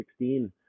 2016